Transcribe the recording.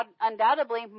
undoubtedly